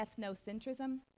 ethnocentrism